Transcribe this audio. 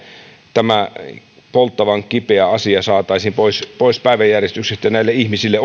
tämä polttavan kipeä asia saataisiin pois pois päiväjärjestyksestä näille ihmisille